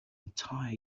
entire